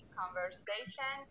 conversation